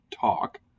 talk